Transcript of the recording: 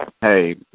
Hey